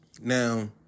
Now